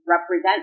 represent